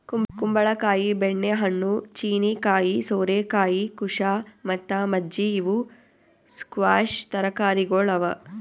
ಕುಂಬಳ ಕಾಯಿ, ಬೆಣ್ಣೆ ಹಣ್ಣು, ಚೀನೀಕಾಯಿ, ಸೋರೆಕಾಯಿ, ಕುಶಾ ಮತ್ತ ಮಜ್ಜಿ ಇವು ಸ್ಕ್ವ್ಯಾಷ್ ತರಕಾರಿಗೊಳ್ ಅವಾ